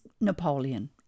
Napoleon